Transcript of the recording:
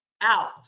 out